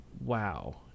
wow